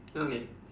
okay